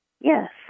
Yes